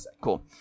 cool